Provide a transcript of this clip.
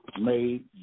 made